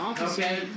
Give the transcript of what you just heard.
Okay